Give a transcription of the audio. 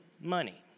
money